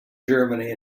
germany